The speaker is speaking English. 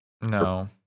No